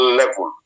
level